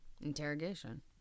Interrogation